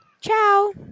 Ciao